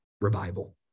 revival